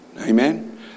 Amen